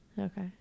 Okay